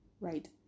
right